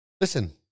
Listen